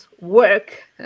work